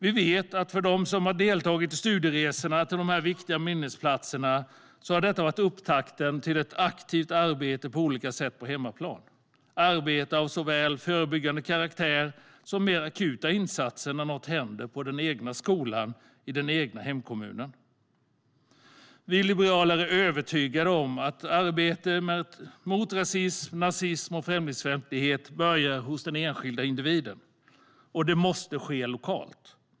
Vi vet att för dem som deltagit i studieresor till dessa viktiga minnesplatser har det varit upptakten till ett aktivt arbete på olika sätt på hemmaplan - såväl arbete av förebyggande karaktär som mer akuta insatser när något händer på den egna skolan, i den egna kommunen. Vi liberaler är övertygade om att arbete mot rasism, nazism och främlingsfientlighet börjar hos den enskilda individen, och det måste ske lokalt.